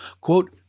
Quote